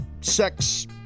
sex